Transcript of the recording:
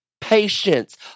patience